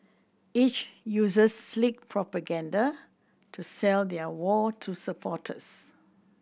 each uses slick propaganda to sell their war to supporters